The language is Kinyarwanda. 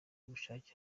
ubushake